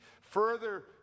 further